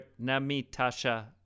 Namitasha